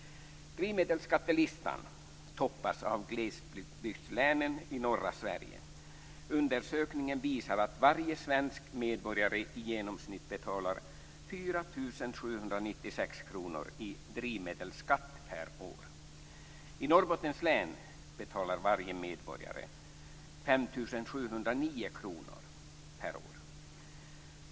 Drivmedelsskattelistan toppas av glesbygdslänen i norra Sverige. Undersökningen visar att varje svensk medborgare i genomsnitt betalar 4 796 kr i drivmedelsskatt per år. I Norrbottens län betalar varje medborgare 5 709 kr per år.